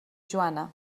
joana